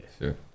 sure